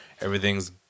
Everything's